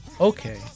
Okay